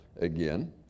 again